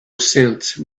sense